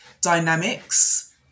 dynamics